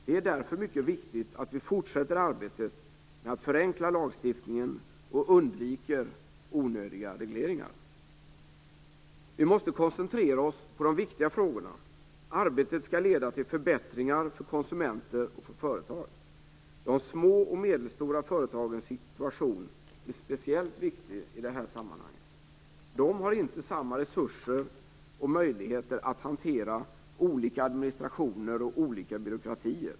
Det är därför mycket viktigt att vi fortsätter arbetet med att förenkla lagstiftningen och undviker onödiga regleringar. Vi måste koncentrera oss på de viktiga frågorna. Arbetet skall leda till förbättringar för konsumenter och företag. De små och medelstora företagens situation är speciellt viktig i det här sammanhanget. De har inte samma resurser och möjligheter att hantera olika administrationer och olika byråkratier.